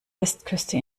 westküste